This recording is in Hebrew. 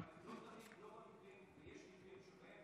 אבל הן לא תמיד, יש מקרים שבהם